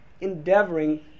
endeavoring